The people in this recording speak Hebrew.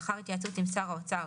לאחר התייעצות עם שר האוצר,